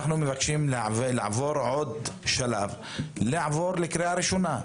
מה שאנחנו מבקשים זה לעבור את השלב של הקריאה הראשונה.